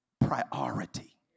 priority